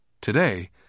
Today